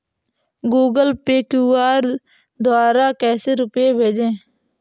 Google Pay QR द्वारा कैसे रूपए भेजें?